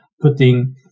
putting